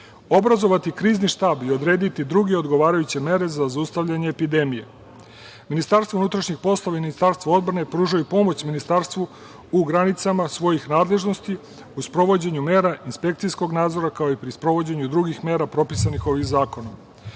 obrazovati krizni štab i odrediti druge odgovarajuće mere za zaustavljanje epidemije. Ministarstvo unutrašnjih poslova i Ministarstvo odbrane pružaju pomoć Ministarstvu u granicama svojih nadležnosti u sprovođenju mera inspekcijskog nadzora, kao i pri sprovođenju drugih mera propisanih ovim